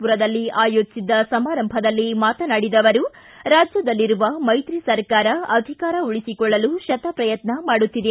ಪುರದಲ್ಲಿ ಆಯೋಜಿಸಿದ್ದ ಸಮಾರಂಭದಲ್ಲಿ ಮಾತನಾಡಿದ ಅವರು ರಾಜ್ಯದಲ್ಲಿರುವ ಮೈತ್ರಿ ಸರ್ಕಾರ ಅಧಿಕಾರ ಉಳಿಸಿಕೊಳ್ಳಲು ಶತಪ್ರಯತ್ನ ಮಾಡುತ್ತಿದೆ